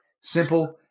simple